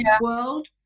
world